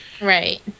Right